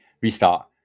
restart